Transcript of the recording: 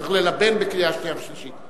צריך ללבן בקריאה שנייה ושלישית.